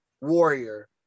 warrior